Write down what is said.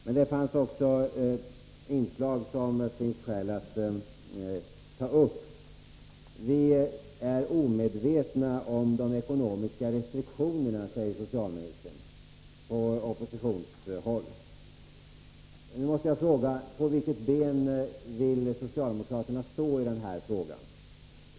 Men det fanns också inslag i Sten Anderssons anförande som det finns skäl att invända mot. Vi är från oppositionshåll omedvetna om de ekonomiska restriktionerna, säger socialministern. Då måste jag fråga: På vilket ben vill socialdemokraterna stå i den här frågan?